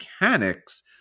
mechanics